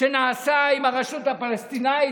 שנעשה עם הרשות הפלסטינית,